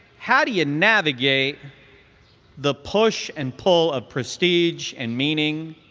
how do you and navigate the push and pull of prestige and meaning,